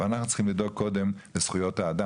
אבל אנחנו צריכים לדאוג קודם לזכויות האדם